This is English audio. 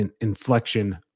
inflection